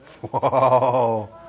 Whoa